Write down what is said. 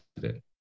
today